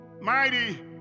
Mighty